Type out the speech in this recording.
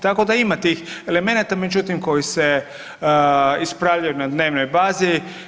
Tako da ima tih elemenata međutim koji se ispravljaju na dnevnoj bazi.